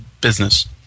business